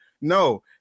No